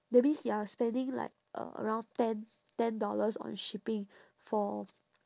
that means you are spending like a~ around ten ten dollars on shipping for